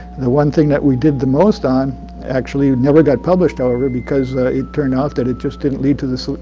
the one thing that we did the most on actually never got published, however, because it turned out that it just didn't lead to the so